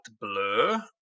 blur